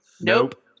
Nope